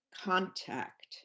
contact